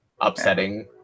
upsetting